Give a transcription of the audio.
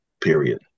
period